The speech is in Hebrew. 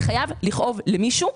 זה חייב לכאוב למישהו,